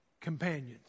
companions